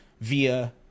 via